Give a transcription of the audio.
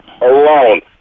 alone